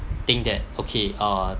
think that okay uh